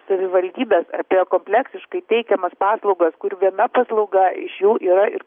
savivaldybes apie kompleksiškai teikiamas paslaugas kur viena paslauga iš jų yra ir